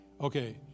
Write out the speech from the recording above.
Okay